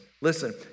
Listen